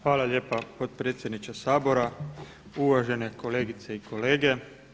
Hvala lijepa potpredsjedniče Sabora, uvažene kolegice i kolege.